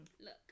Look